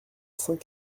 saint